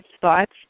thoughts